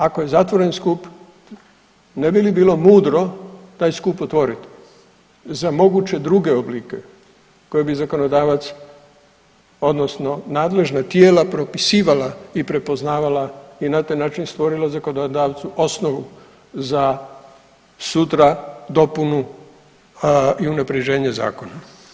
Ako je zatvoren skup ne bi li bilo mudro taj skup otvoriti za moguće druge oblike koje bi zakonodavac, odnosno nadležna tijela propisivala i prepoznavala i na taj način stvorila zakonodavcu osnovu za sutra dopunu i unapređenje zakona.